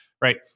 Right